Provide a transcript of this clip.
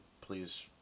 Please